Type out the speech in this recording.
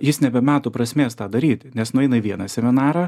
jis nebemato prasmės tą daryti nes nueina į vieną seminarą